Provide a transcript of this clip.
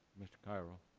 mr. chiaro.